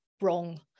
wrong